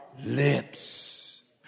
lips